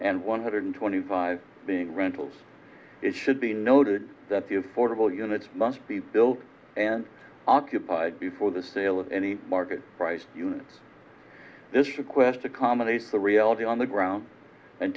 and one hundred twenty five being rentals it should be noted that the affordable units must be built and occupied before the sale of any market price this request accommodates the reality on the ground and